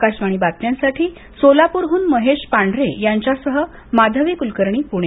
आकाशवाणी बातम्यांसाठी सोलापूरहून महेश पांढरे याच्यासह माधवी कुलकर्णी पूणे